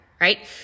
Right